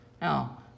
Now